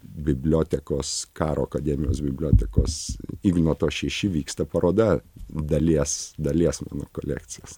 bibliotekos karo akademijos bibliotekos ignoto šeši vyksta paroda dalies dalies mano kolekcijos